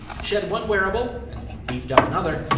shed one wearable and beefed up another,